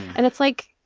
and it's, like,